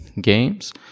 games